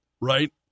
right